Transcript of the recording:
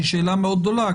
שהיא שאלה מאוד גדולה,